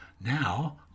Now